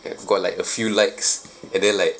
I've got like a few likes and then like